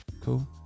cool